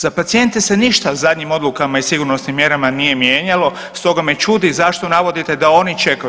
Za pacijente se ništa zadnjim odlukama i sigurnosnim mjerama nije mijenjalo, stoga me čudi zašto navodite da oni čekaju.